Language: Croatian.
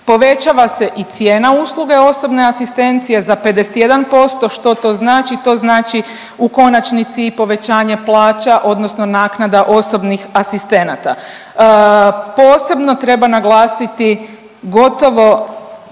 Povećava se i cijena usluge osobne asistencije za 51%. Što to znači? To znači u konačnici i povećanje plaća odnosno naknada osobnih asistenata. Posebno treba naglasiti gotovo